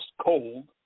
cold